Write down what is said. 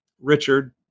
Richard